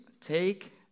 take